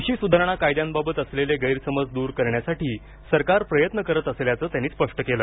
कृषी सुधारणा कायद्यांबाबत असलेले गैरसमज दूर करण्यासाठी सरकार प्रयत्न करत असल्याचं त्यांनी स्पष्ट केलं